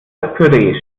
püree